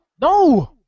No